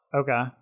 Okay